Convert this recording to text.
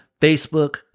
Facebook